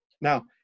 Now